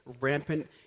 rampant